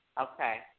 Okay